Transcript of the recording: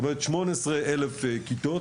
כלומר 18,000 כיתות